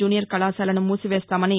junior కళాశాలను మూసివేస్తామని